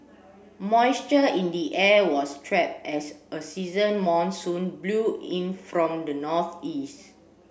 moisture in the air was trapped as a season monsoon blew in from the northeast